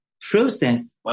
process